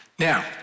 Now